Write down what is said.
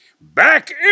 back